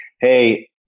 Hey